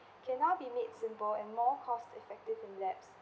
can now be made simple and more cost effective in labs